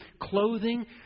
clothing